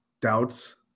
doubts